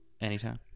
Anytime